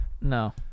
No